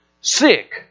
sick